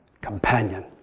companion